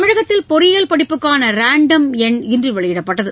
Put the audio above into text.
தமிழகத்தில் பொறியியல் படிப்புக்கான ரேண்டம் எண் இன்று வெளியிடப்பட்டது